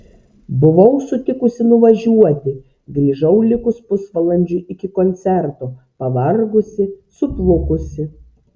buvau sutikusi nuvažiuoti grįžau likus pusvalandžiui iki koncerto pavargusi suplukusi